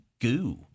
goo